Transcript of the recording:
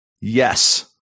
Yes